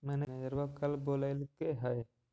मैनेजरवा कल बोलैलके है?